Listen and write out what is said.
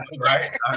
right